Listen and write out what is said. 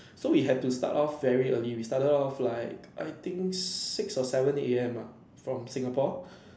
so we have to start off very early we start off like I think six or seven A_M ah from Singapore